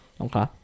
Okay